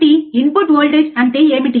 కాబట్టి input voltage అంటే ఏమిటి